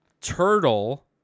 Turtle